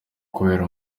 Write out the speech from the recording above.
kubera